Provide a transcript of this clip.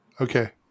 Okay